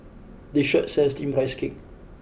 this shop sells Steamed Rice Cake